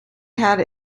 had